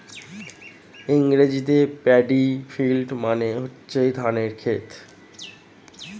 ইংরেজিতে paddy field মানে হচ্ছে ধানের ক্ষেত